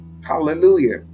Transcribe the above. Hallelujah